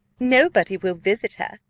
nobody will visit her,